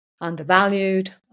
undervalued